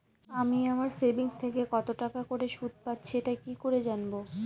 আমি আমার সেভিংস থেকে কতটাকা করে সুদ পাচ্ছি এটা কি করে জানব?